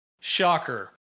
Shocker